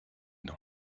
nom